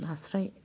नास्राय